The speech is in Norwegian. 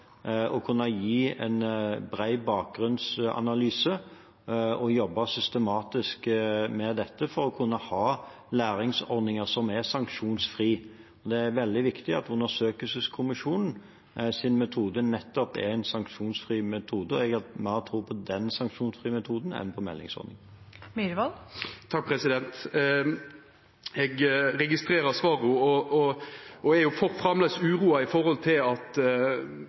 kunne gi en bred bakgrunnsanalyse og jobbe systematisk med dette for å kunne ha læringsordninger som er sanksjonsfrie. Det er veldig viktig at undersøkelseskommisjonens metode nettopp er en sanksjonsfri metode. Jeg har mer tro på den sanksjonsfrie metoden enn på meldeordningen. Eg registrerer svaret. Eg er framleis uroa. Ministeren understreka igjen her no sitt forsvar for å avvikla, at